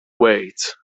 wait